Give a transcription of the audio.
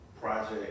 project